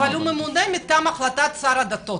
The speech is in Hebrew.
אבל הוא ממונה מטעם החלטת שר הדתות.